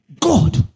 God